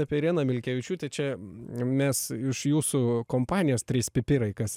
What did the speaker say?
apie ireną milkevičiūtę čia mes iš jūsų kompanijos trys pipirai kas